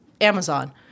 Amazon